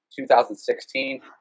2016